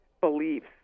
beliefs